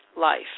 life